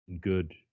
good